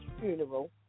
funeral